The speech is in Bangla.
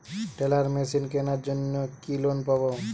টেলার মেশিন কেনার জন্য কি লোন পাব?